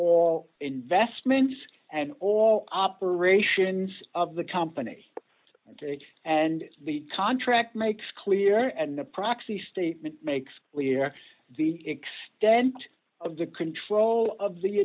all investments and all operations of the company and the contract makes clear and the proxy statement makes clear the extent of the control of the